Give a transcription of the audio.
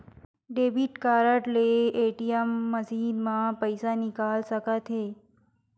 debit card ले ATM machine म पइसा निकाल सकत हे